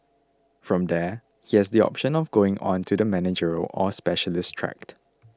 from there he has the option of going on to the managerial or specialist track